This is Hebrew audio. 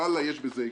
יש בזה היגיון.